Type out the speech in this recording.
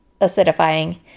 acidifying